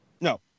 No